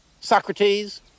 Socrates